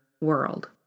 world